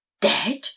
Dead